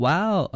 Wow